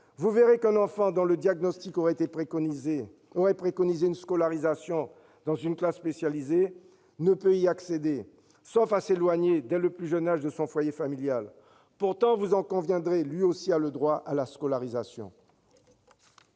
Vous verrez qu'un enfant dont le diagnostic aurait préconisé une scolarisation dans une classe spécialisée ne peut y accéder, sauf à s'éloigner dès le plus jeune âge de son foyer familial. Pourtant, vous en conviendrez, lui aussi a droit à la scolarisation.